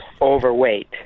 overweight